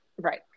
Right